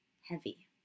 heavy